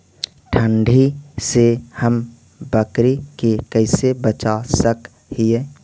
ठंडी से हम बकरी के कैसे बचा सक हिय?